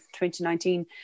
2019